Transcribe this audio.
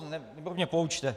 Nebo mě poučte.